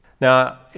Now